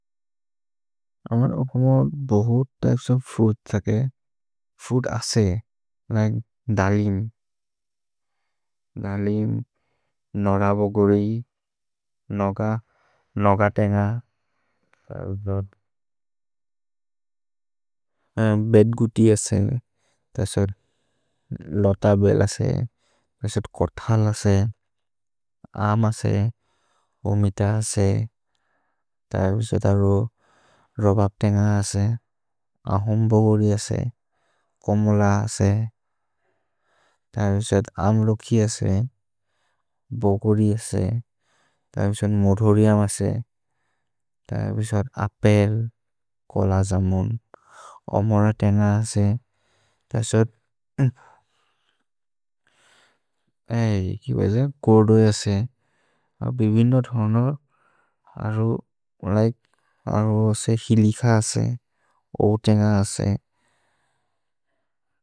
अमर् अकुम बहुत् त्य्पेस् ओफ् फूद् त्यके। फूद् असे। लिके दलिम्। दलिम्, नरवगुरि, नग तेन्ग, बेद्गुति असे। लत बेल् असे। कोथल् असे। आम् असे। ओमित असे। रबब् तेन्ग असे। अहोम्बोगुरि असे। कमुल असे। आम् लोखि असे। भोगुरि असे। मोधोरि अम् असे। अपेल्। कोल जमोन्। अमर तेन्ग असे। गोदो असे। भिबिनो धोनो। अरो से हिलिक असे। ओ तेन्ग असे।